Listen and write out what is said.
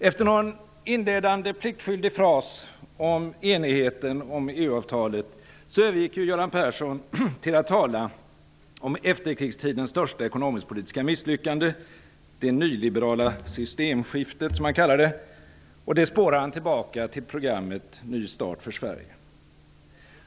Efter någon inledande pliktskyldig fras om enigheten kring EU-avtalet övergick Göran Persson till att tala om efterkrigstidens största ekonomiskpolitiska misslyckande -- det nyliberala systemskiftet, som han kallar det. Det spårar han tillbaka till programmet Ny start för Sverige.